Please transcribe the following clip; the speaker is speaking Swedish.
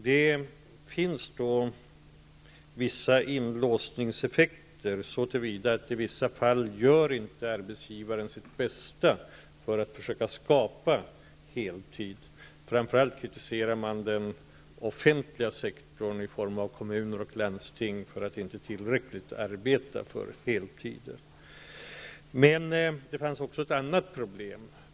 Det finns vissa inlåsningseffekter så till vida att arbetsgivaren i vissa fall inte gör sitt bästa för att försöka skapa heltidsarbeten. Framför allt kritiserar man den offentliga sektorn i form av kommuner och landsting för att inte i tillräcklig omfattning arbeta för att skapa heltidsarbeten. Men det fanns också ett annat problem.